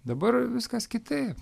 dabar viskas kitaip